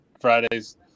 friday's